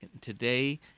today